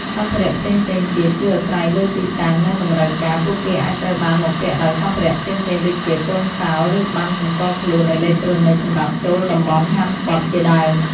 សម្ភារៈផ្សេងៗទៀត គឺអាស្រ័យលើទីតាំង និងតម្រូវការ ពួកគេអាចត្រូវបានបំពាក់ដោយសម្ភារៈផ្សេងៗដូចជា កូនសោរ ឬបណ្ណសម្គាល់ខ្លួនអេឡិចត្រូនិចសម្រាប់ចូលតំបន់ហាមឃាត់ជាដើម។